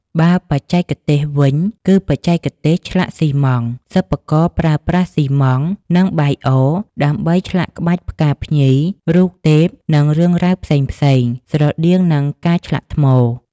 បើបច្ចេកទេសវិញ គឺបច្ចេកទេសឆ្លាក់ស៊ីម៉ង់ត៍: សិប្បករប្រើប្រាស់ស៊ីម៉ង់ត៍ និងបាយអរ ដើម្បីឆ្លាក់ក្បាច់ផ្កាភ្ញី រូបទេព និងរឿងរ៉ាវផ្សេងៗ ស្រដៀងនឹងការឆ្លាក់ថ្ម។